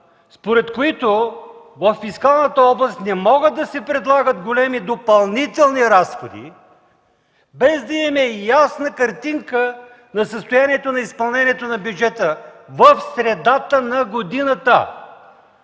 според които във фискалната област не могат да се предлагат големи допълнителни разходи, без да имаме ясна картинка за състоянието на изпълнението на бюджета в средата на годината.